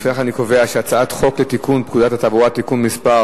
לפיכך אני קובע שהצעת חוק לתיקון פקודת התעבורה (מס'